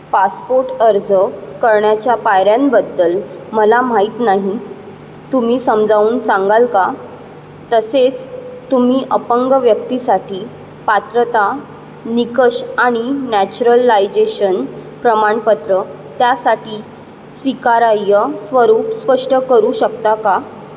passport अर्ज करण्याच्या पायऱ्यांबद्दल मला माहीत नाही तुम्ही समजावून सांगाल का तसेच तुम्ही अपंग व्यक्तीसाठी पात्रता निकष आणि नॅचरलायजेशन प्रमाणपत्र त्यासाठी स्वीकारार्ह स्वरूप स्पष्ट करू शकता का